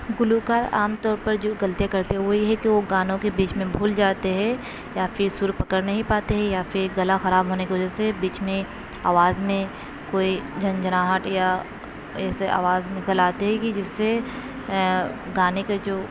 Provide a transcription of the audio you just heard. گلو کار عام طور پر جو غلطیاں کرتے ہیں وہ یہ کہ وہ گانوں کے بیچ میں بھول جاتے ہے یا پھر سُر پکڑ نہیں پاتے ہے یا پھر گلا خراب ہونے کی وجہ بیچ میں آواز میں کوئی جھنجھناہٹ یا ایسے آواز نکل آتی ہے کہ جس سے گانے کا جو